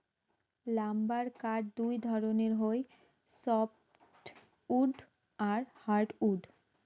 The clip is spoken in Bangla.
লাম্বার কাঠ দুই ধরণের হই সফ্টউড আর হার্ডউড